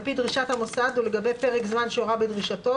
על פי דרישת המוסד ולגבי פרק הזמן שהורה בדרישתו,